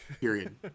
period